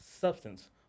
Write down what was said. substance